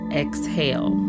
exhale